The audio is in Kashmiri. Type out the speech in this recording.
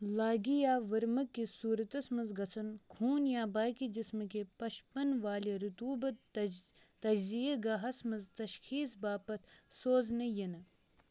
لاگی یا ؤرمہٕ کِس صوٗرتس منٛز گژھن خوٗن یا باقی جسمہٕ کہِ پشپن والہِ رُتوٗبہٕ تز تزی گاہس منٛز تشخیٖص باپتھ سوزنہٕ یِنہٕ